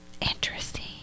Interesting